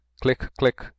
click-click